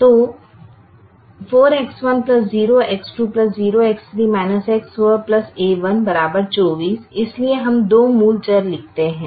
तो 4X1 0X2 0X3 X4 a1 24 इसलिए हम दो मूल चर लिखते हैं